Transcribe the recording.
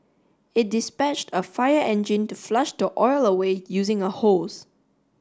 it dispatched a fire engine to flush the oil away using a hose